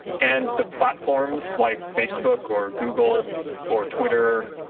and the platforms like facebook or google or twitter,